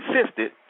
insisted